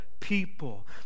people